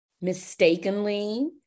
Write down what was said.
mistakenly